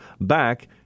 back